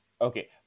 okay